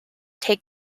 take